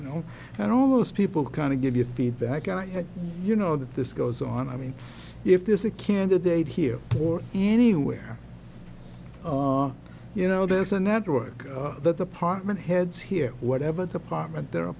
you know and all those people kind of give you feedback i have you know that this goes on i mean if there's a candidate here or anywhere you know there's a network that apartment heads here whatever department they're a